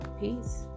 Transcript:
Peace